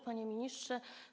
Panie Ministrze!